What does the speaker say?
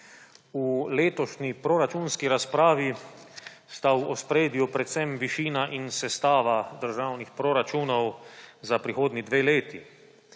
V letošnji proračunski razpravi sta v ospredju predvsem višina in sestava državnih proračunov za prihodnji dve leti.